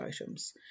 items